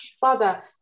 Father